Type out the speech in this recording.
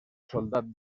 soldat